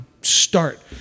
start